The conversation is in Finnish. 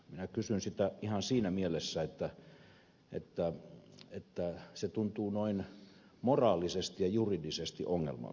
minä kysyn sitä ihan siinä mielessä että se tuntuu noin moraalisesti ja juridisesti ongelmalliselta